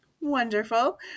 Wonderful